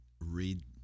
read